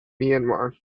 myanmar